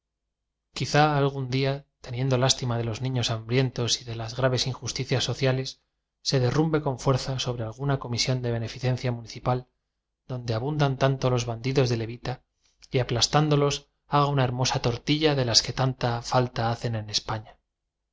quizá algún día te niendo lástima de los niños hambrientos y de las graves injusticias sociales se de rrumbe con fuerza sobre alguna comisión de beneficencia municipal donde abundan tanto los bandidos de levita y aplastándolos haga una hermosa tortilla de las que tanta falta hacen en españa